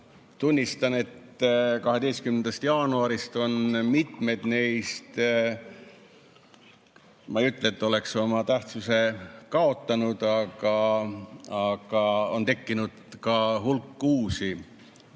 tunnistan, et 12. jaanuarist on mitmed neist, ma ei ütle, et oma tähtsuse kaotanud, aga on tekkinud hulk uusi